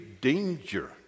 danger